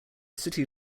city